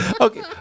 Okay